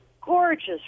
gorgeous